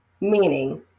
meaning